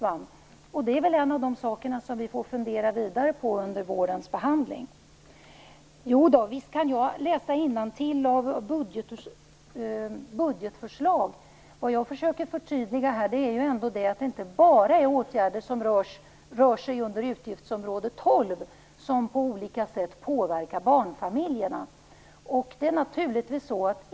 Det här är väl en av de saker som vi får fundera vidare över under vårens behandling. Jodå, visst kan jag läsa innantill i budgetförslag. Vad jag här försöker förtydliga är att det inte bara är åtgärder under utgiftsområde 12 som på olika sätt påverkar barnfamiljerna.